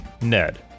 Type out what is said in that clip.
Ned